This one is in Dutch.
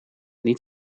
niet